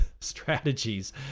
strategies